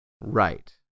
Right